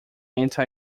anti